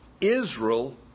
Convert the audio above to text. Israel